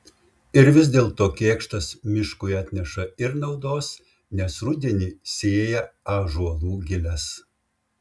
ir vis dėlto kėkštas miškui atneša ir naudos nes rudenį sėja ąžuolų giles